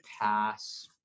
pass